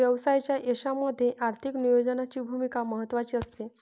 व्यवसायाच्या यशामध्ये आर्थिक नियोजनाची भूमिका महत्त्वाची असते